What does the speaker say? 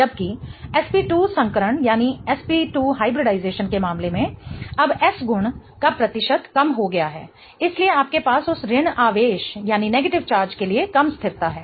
जबकि sp2 संकरण के मामले में अब s गुण का प्रतिशत कम हो गया है इसलिए आपके पास उस ऋण आवेश के लिए कम स्थिरता है